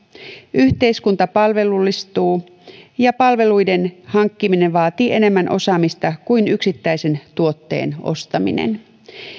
yhteiskunta palvelullistuu ja palveluiden hankkiminen vaatii enemmän osaamista kuin yksittäisen tuotteen ostaminen